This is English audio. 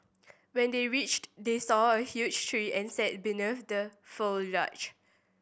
when they reached they saw a huge tree and sat beneath the